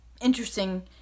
interesting